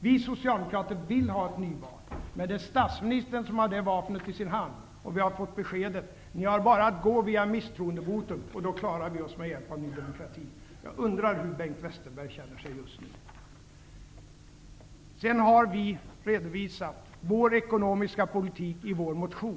Vi socialdemokrater vill ha ett nyval, men det är statsministern som har det vapnet i sin hand, och vi har fått beskedet: Ni har bara att gå via misstroendevotum, och då klarar vi oss med hjälp av Ny demokrati. Jag undrar hur Bengt Westerberg känner sig just nu. Vi har redovisat vår ekonomiska politik i vår motion.